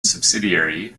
subsidiary